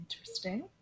Interesting